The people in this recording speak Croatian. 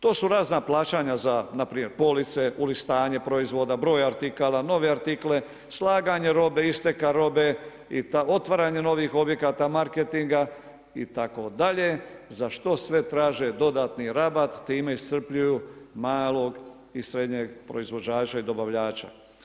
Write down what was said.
To su razna plaćanja za npr. police, ulistanje proizvoda, broj artikala, novi artikle, slaganje robe, isteka robe, otvaranje novih objekata, marketinga itd. za što sve traže dodatni rabat time iscrpljuju malog i srednjeg proizvođača i dobavljača.